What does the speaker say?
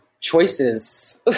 choices